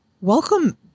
welcome